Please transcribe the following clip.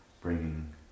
bringing